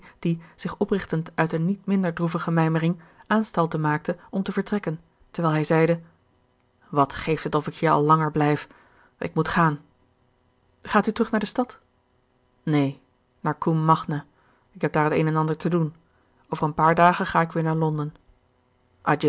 die zich oprichtend uit een niet minder droevige mijmering aanstalten maakte om te vertrekken terwijl hij zeide wat geeft het of ik hier al langer blijf ik moet gaan gaat u terug naar de stad neen naar combe magna ik heb daar t een en ander te doen over een paar dagen ga ik weer naar londen